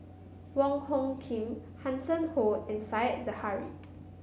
Wong Hung Khim Hanson Ho and Said Zahari